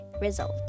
result